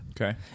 Okay